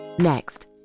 Next